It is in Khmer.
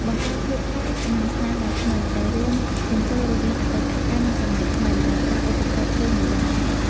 បង្កើតភាពប្លែក និងស្នាដៃថ្មី ដែលរួមបញ្ចូលរវាងអតីតកាល និងសម័យថ្មី ដោយប្រើឧបករណ៍ភ្លេងបុរាណ។